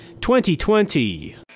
2020